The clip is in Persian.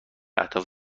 اهداف